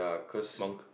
monk